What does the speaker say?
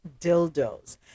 dildos